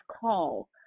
call